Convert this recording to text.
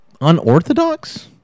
unorthodox